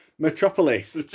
Metropolis